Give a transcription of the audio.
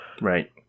Right